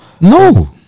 No